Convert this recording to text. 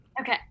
Okay